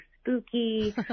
spooky